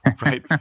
right